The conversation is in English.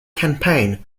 campaign